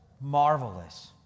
marvelous